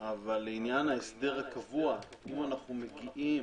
אבל לעניין ההסדר הקבוע אם אנחנו מגיעים